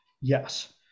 yes